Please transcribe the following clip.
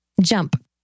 Jump